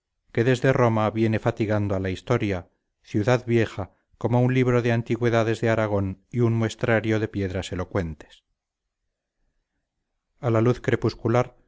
que desde roma viene fatigando a la historia ciudad vieja como un libro de antigüedades de aragón y un muestrario de piedras elocuentes a la luz crepuscular